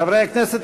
חברי הכנסת,